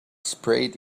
sprayed